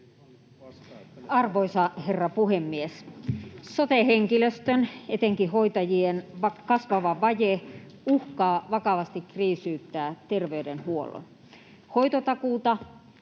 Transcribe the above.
Arvoisa herra puhemies! Sote-henkilöstön, etenkin hoitajien, kasvava vaje uhkaa vakavasti kriisiyttää terveydenhuollon.